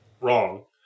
wrong